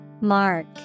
Mark